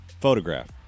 Photograph